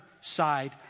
side